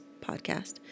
podcast